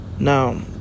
Now